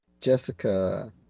Jessica